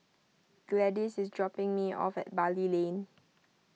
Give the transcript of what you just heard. Gladis is dropping me off at Bali Lane